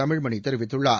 தமிழ்மணி தெரிவித்துள்ளார்